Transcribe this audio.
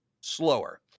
slower